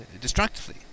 destructively